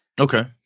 Okay